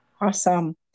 Awesome